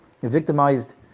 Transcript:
victimized